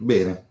Bene